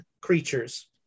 creatures